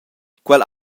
quel